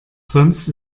sonst